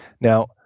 Now